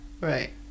right